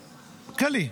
כללי.